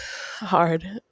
hard